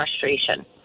frustration